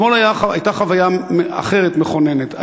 אתמול הייתה חוויה אחרת מכוננת.